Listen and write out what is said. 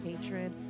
hatred